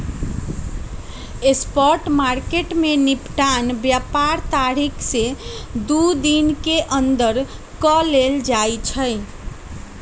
spot market में निपटान व्यापार तारीख से दू दिन के अंदर कऽ लेल जाइ छइ